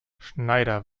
schneider